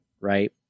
right